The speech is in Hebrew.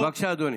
בבקשה, אדוני.